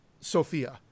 Sophia